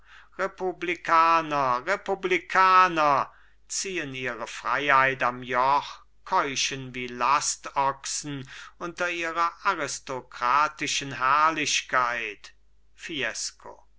republikaner republikaner ziehen ihre freiheit am joch keuchen wie lastochsen unter ihrer aristokratischen herrlichkeit fiesco